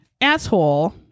asshole